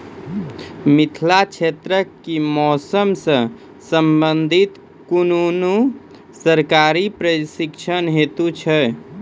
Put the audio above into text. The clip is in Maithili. मिथिला क्षेत्रक कि मौसम से संबंधित कुनू सरकारी प्रशिक्षण हेतु छै?